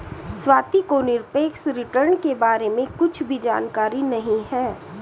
स्वाति को निरपेक्ष रिटर्न के बारे में कुछ भी जानकारी नहीं है